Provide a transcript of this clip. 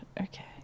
Okay